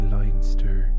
Leinster